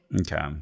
Okay